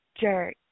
Jerk